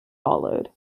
followed